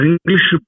English